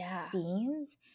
scenes